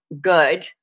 good